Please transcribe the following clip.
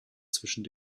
zwischen